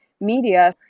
media